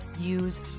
use